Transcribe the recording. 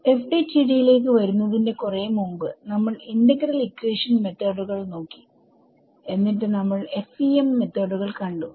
FDTD യിലേക്ക് വരുന്നതിന്റെ കുറെ മുമ്പ് നമ്മൾ ഇന്റഗ്രൽ ഇക്വേഷൻ മെത്തോഡുകൾ നോക്കിഎന്നിട്ട് നമ്മൾ FEM മെത്തോഡുകൾ കണ്ടു